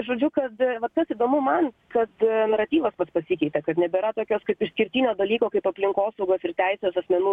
žodžiu kad vat kas įdomu man kad naratyvas pasikeitė kad nebėra tokios kaip išskirtinio dalyko kaip aplinkosaugos ir teisės asmenų